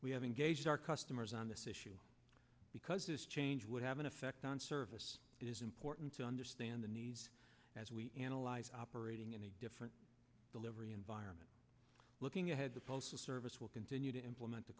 we have engaged our customers on this issue because this change would have an effect on service is important to understand the needs as we analyze operating in a different delivery and looking ahead the postal service will continue to implement the